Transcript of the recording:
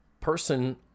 person